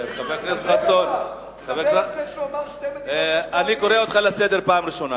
דבר על זה שהוא אמר שתי מדינות לשני עמים.